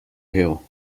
hill